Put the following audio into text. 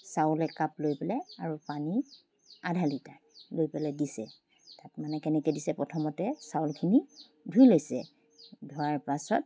চাউল এক কাপ লৈ পেলাই আৰু পানী আধা লিটাৰ লৈ পেলাই দিছে তাত মানে কেনেকৈ দিছে প্ৰথমতে চাউলখিনি ধুই লৈছে ধোৱাৰ পাছত